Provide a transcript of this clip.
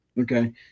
Okay